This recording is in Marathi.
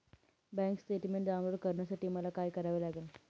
बँक स्टेटमेन्ट डाउनलोड करण्यासाठी मला काय करावे लागेल?